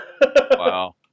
Wow